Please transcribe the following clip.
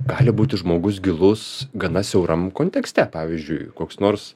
gali būti žmogus gilus gana siauram kontekste pavyzdžiui koks nors